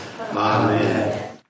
Amen